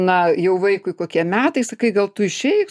na jau vaikui kokie metai sakai gal tu išeik